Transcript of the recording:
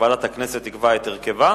שוועדת הכנסת תקבע את הרכבה.